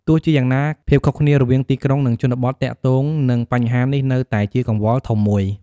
ទោះជាយ៉ាងណា ភាពខុសគ្នារវាងទីក្រុង និងជនបទទាក់ទងនឹងបញ្ហានេះនៅតែជាកង្វល់ធំមួយ។